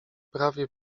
prawie